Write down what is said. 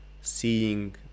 seeing